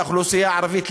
האוכלוסייה הערבית,